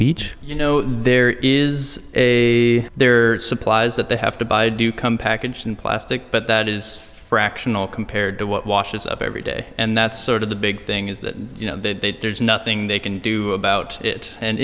beach you know there is a there are supplies that they have to buy do come packaged in plastic but that is fractional compared to what washes up every day and that's sort of the big thing is that you know that there's nothing they can do about it and